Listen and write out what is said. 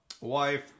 wife